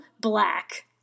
black